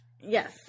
Yes